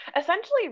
essentially